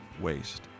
waste